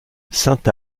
sainte